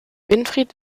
winfried